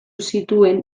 zituen